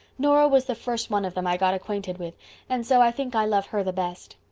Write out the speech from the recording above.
nora was the first one of them i got acquainted with and so i think i love her the best.